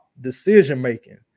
decision-making